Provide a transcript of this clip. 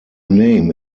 name